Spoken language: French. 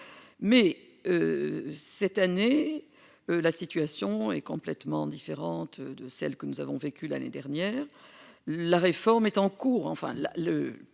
mais cette année, la situation est complètement différente de celle que nous avons vécu l'année dernière, la réforme est en cours,